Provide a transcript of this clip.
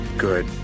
good